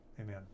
Amen